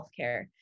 healthcare